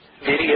Video